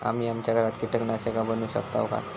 आम्ही आमच्या घरात कीटकनाशका बनवू शकताव काय?